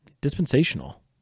dispensational